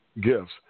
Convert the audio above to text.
gifts